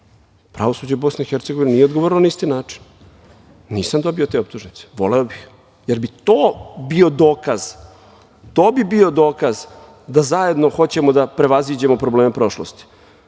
Pravosuđe BiH nije odgovorilo na isti način. Nisam dobio te optužnice. Voleo bih, jer bi to bio dokaz, to bi bio dokaz da zajedno hoćemo da prevaziđemo probleme prošlosti.